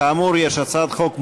כאמור, יש הצעת חוק מוצמדת,